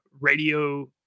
radio